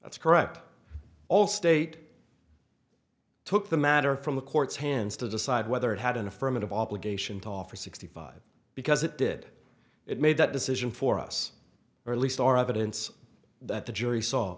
that's correct all state took the matter from the court's hands to decide whether it had an affirmative obligation to offer sixty five because it did it made that decision for us or at least our evidence that the jury saw